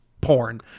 porn